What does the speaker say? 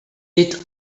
est